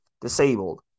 disabled